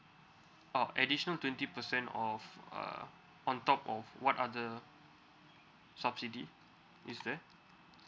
oh additional twenty percent of uh on top of what are the subsidy is there